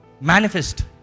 manifest